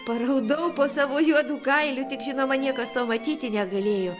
paraudau po savo juodu kailiu tik žinoma niekas to matyti negalėjo